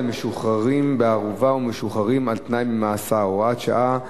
משוחררים בערובה ומשוחררים על-תנאי ממאסר (הוראת שעה)